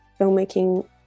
filmmaking